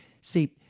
See